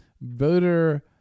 voter